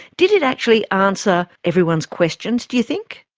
did it actually answer everyone's questions, do you think?